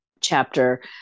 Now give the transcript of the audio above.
chapter